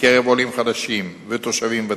בקרב עולים חדשים ותושבים ותיקים.